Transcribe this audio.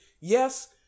yes